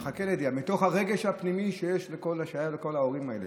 אלא מתוך הרגש הפנימי שהיה לכל ההורים האלה.